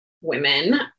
women